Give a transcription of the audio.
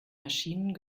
maschinen